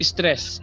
Stress